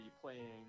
playing